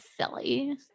silly